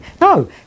No